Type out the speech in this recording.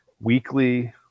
weekly